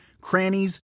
crannies